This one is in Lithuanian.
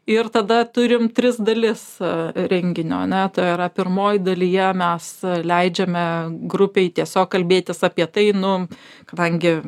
ir tada turim tris dalis renginio ane tai yra pirmoj dalyje mes leidžiame grupei tiesiog kalbėtis apie tai nu kadangi